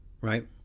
right